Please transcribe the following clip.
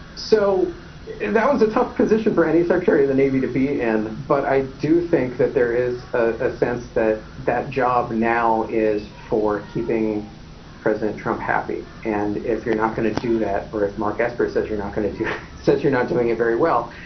so that was a tough position for any secretary of the navy to be in. but i do think that there is a sense that that job now is for keeping president trump happy and if you're not going to do that, or if mark espero says you're not going to do says you're not doing it very well,